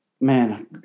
man